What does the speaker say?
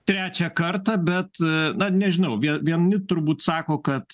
trečią kartą bet na nežinau vien vieni turbūt sako kad